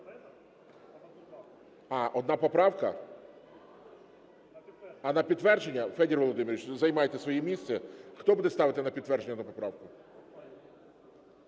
А, одна поправка. На підтвердження. Федоре Володимировичу, займайте своє місце. Хто буде ставити на підтвердження одну поправку?